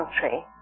country